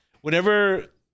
Whenever